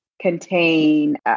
contain